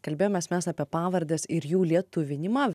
kalbėjomės mes apie pavardes ir jų lietuvinimą